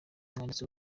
umwanditsi